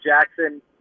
Jackson